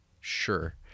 sure